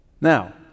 Now